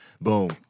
boom